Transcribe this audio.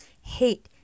hate